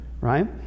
right